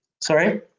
Sorry